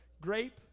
grape